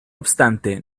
obstante